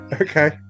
Okay